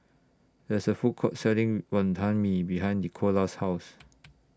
There IS A Food Court Selling Wonton Mee behind Nickolas' House